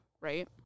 right